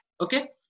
Okay